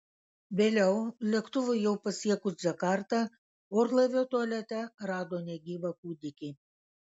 vėliau lėktuvui jau pasiekus džakartą orlaivio tualete rado negyvą kūdikį